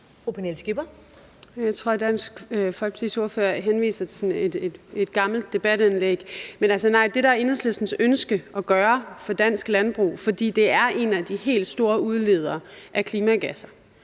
Jeg tror, at Dansk Folkepartis partileder henviser til et gammelt debatindlæg. Det, der er Enhedslistens ønske at gøre for dansk landbrug – for det er en af de helt store udledere af klimagasser